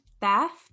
theft